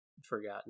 Forgotten